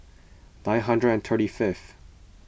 nine hundred and thirty fifth